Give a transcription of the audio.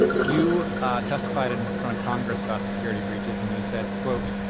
you testified in front of congress about security breaches and you said, quote,